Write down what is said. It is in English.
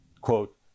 Quote